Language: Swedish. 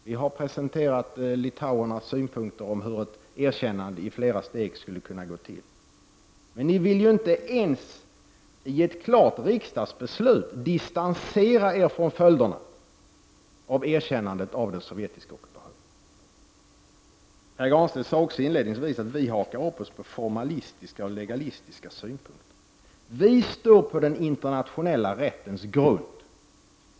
Vi har presenterat litauernas synpunkter om hur ett erkännande i flera steg skulle gå till. Men ni vill inte ens i ett klart riksdagsbeslut distansera er från följderna av erkännandet av den sovjetiska ockupationen. Pär Granstedt sade också inledningsvis att vi hakar upp oss på formalistiska och legalistiska synpunkter. Vi står på den internationella rättens grund.